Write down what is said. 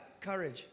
Courage